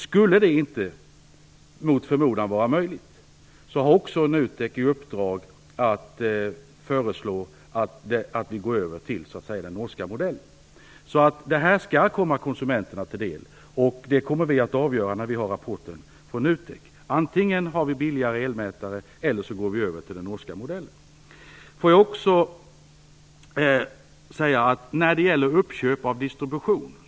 Skulle detta inte - mot förmodan - vara möjligt, har NUTEK också i uppdrag att föreslå att vi går över till den norska modellen. Detta skall komma konsumenterna till del. Regeringen kommer att avgöra detta när NUTEK har lämnat sin rapport. Antingen får vi billigare elmätare eller så går vi över till den norska modellen. Erling Bager frågade också om uppköp av distribution.